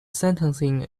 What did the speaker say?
sentencing